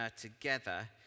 together